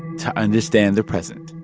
to understand the present